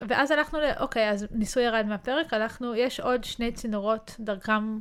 ואז הלכנו ל... אוקיי, אז ניסוי ירד מהפרק, הלכנו... יש עוד שני צינורות דרכם